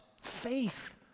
faith